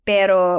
Pero